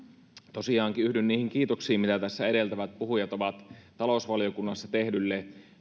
tosiaankin yhdyn niihin kiitoksiin mitä tässä edeltävät puhujat ovat antaneet talousvaliokunnassa tehdylle